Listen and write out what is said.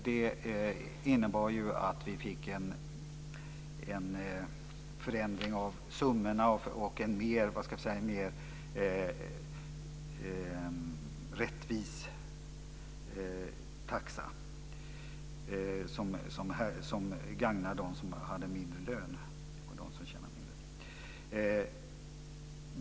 Det innebar att det blev en förändring av summorna och en mer rättvis taxa som gagnar dem som tjänar mindre.